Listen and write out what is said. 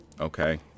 okay